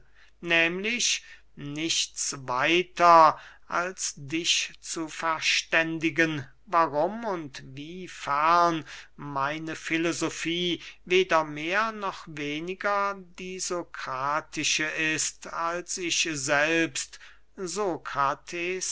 nehmlich nichts weiter als dich zu verständigen warum und wie fern meine filosofie weder mehr noch weniger die sokratische ist als ich selbst